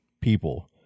people